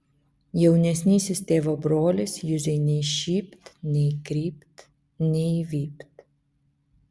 jaunesnysis tėvo brolis juzei nei šypt nei krypt nei vypt